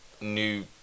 new